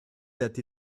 that